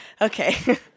okay